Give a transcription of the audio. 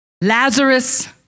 Lazarus